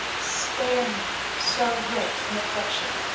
spare me so great an affliction.